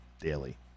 daily